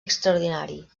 extraordinari